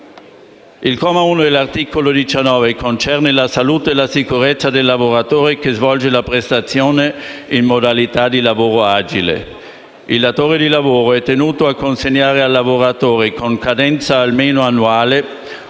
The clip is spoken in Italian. Il comma 1 dell’articolo 19 concerne la salute e la sicurezza del lavoratore che svolge la prestazione in modalità di lavoro agile. Il datore di lavoro è tenuto a consegnare al lavoratore, con cadenza almeno annuale,